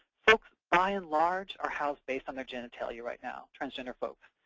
folks by and large are housed based on their genitalia right now transgender folks.